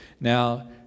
Now